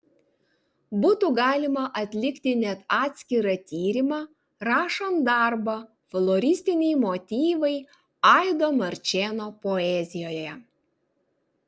būtų galima atlikti net atskirą tyrimą rašant darbą floristiniai motyvai aido marčėno poezijoje